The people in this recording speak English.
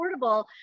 affordable